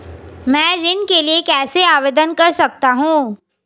मैं ऋण के लिए कैसे आवेदन कर सकता हूं?